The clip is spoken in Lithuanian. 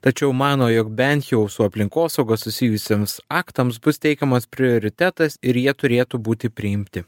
tačiau mano jog bent jau su aplinkosaugos susijusiems aktams bus teikiamas prioritetas ir jie turėtų būti priimti